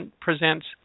Presents